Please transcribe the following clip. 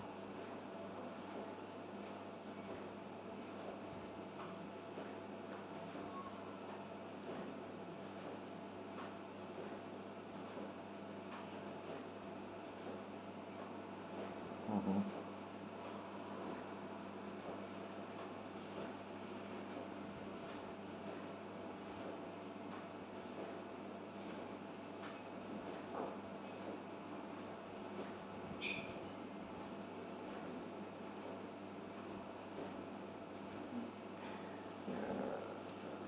mm hmm